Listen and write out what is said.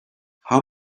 how